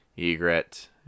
Egret